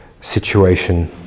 situation